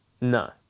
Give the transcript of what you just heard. No